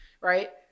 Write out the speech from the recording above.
right